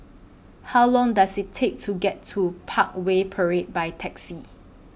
How Long Does IT Take to get to Parkway Parade By Taxi